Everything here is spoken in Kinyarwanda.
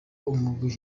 umugwi